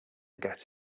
get